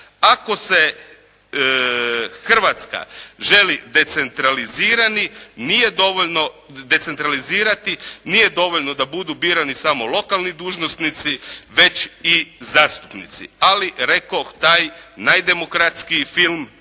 ako se Hrvatska želi decentralizirati nije dovoljno da budu birani samo lokalni dužnosnici već i zastupnici. Ali rekoh, taj najdemokratskiji film